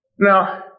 Now